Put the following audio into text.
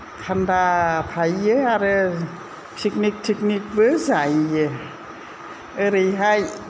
थान्दा थायो आरो फिकनिक तिकनिकबो जायो ओरैहाय